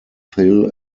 hill